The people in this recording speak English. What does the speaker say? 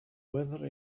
weather